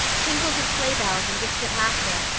tinkles of sleigh bells and distant laughter,